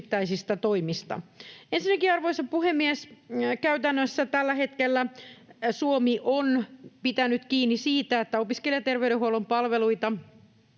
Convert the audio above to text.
Ensinnäkin, arvoisa puhemies, käytännössä tällä hetkellä Suomi on pitänyt kiinni siitä, että opiskelijaterveydenhuollon palveluita